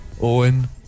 Owen